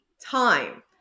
time